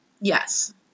Yes